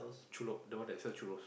Chun-Lok the one that sell churros